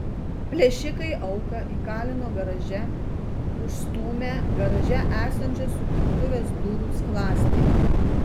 plėšikai auką įkalino garaže užstūmę garaže esančios supirktuvės durų skląstį